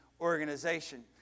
organization